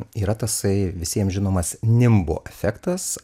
yra tasai visiem žinomas nimbo efektas